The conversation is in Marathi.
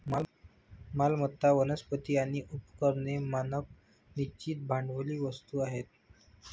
मालमत्ता, वनस्पती आणि उपकरणे मानक निश्चित भांडवली वस्तू आहेत